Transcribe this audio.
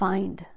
Find